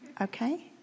okay